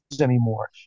anymore